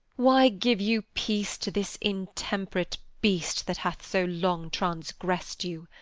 why give you peace to this untemperate beast that hath so long transgressed you?